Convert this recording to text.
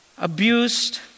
abused